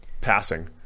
passing